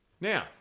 Now